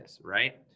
right